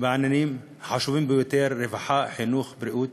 בעניינים חשובים ביותר: רווחה, חינוך, בריאות,